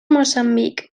moçambic